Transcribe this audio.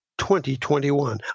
2021